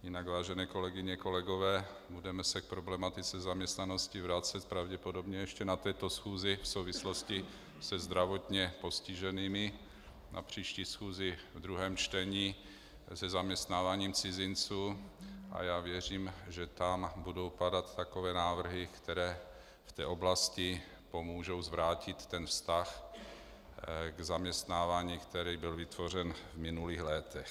Jinak, vážené kolegyně, kolegové, budeme se k problematice zaměstnanosti vracet pravděpodobně ještě na této schůzi v souvislosti se zdravotně postiženými, na příští schůzi v druhém čtení se zaměstnáváním cizinců a já věřím, že tam budou padat takové návrhy, které v té oblasti pomůžou zvrátit vztah k zaměstnávání, který byl vytvořen v minulých létech.